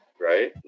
Right